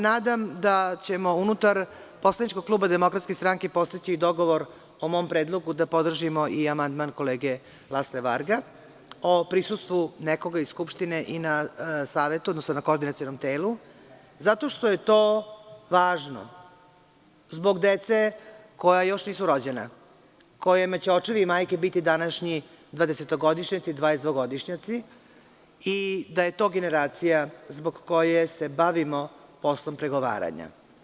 Nadam se da ćemo unutar poslaničkog kluba DS postići dogovor o mom predlogu da podržimo i amandman kolege Lasla Varga o prisustvu od nekoga iz Skupštine i na Savetu, odnosno na koordinacionom telu, zato što je to važno zbog dece koja još nisu rođena, kojima će očevi i majke biti današnji dvadesetogodišnjaci, dvadesetvogodišnjaci, i da je to generacija zbog koje se bavimo poslom pregovaranja.